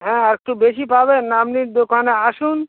হ্যাঁ আর একটু বেশি পাবেন আপনি দোকানে আসুন